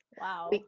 Wow